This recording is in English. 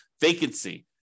vacancy